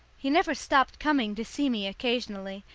he never stopped coming to see me occasionally,